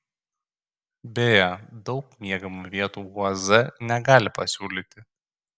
beje daug miegamų vietų uaz negali pasiūlyti